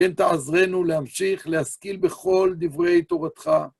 כן תעזרנו להמשיך להשכיל בכל דברי תורתך.